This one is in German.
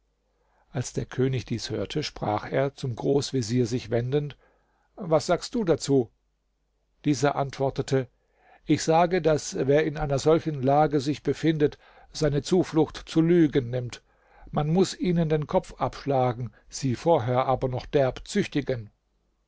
als der könig dies hörte sprach er zum großvezier sich wendend was sagst du dazu dieser antwortete ich sage daß wer in einer solchen lage sich befindet seine zuflucht zu lügen nimmt man muß ihnen den kopf abschlagen sie vorher aber noch derb